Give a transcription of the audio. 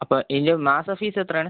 അപ്പോൾ ഇതിൻ്റെ മാസ ഫീസ് എത്രയാണ്